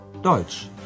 Deutsch